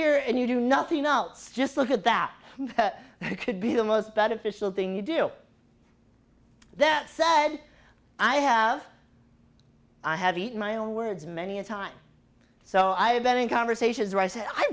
here and you do nothing else just look at that it could be the most beneficial thing you do that said i have i have eaten my own words many a time so i have been in conversations or i sa